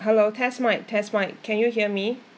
hello test mic test mic can you hear me